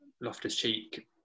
Loftus-Cheek